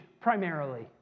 primarily